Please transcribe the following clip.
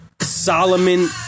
Solomon